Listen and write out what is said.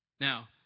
Now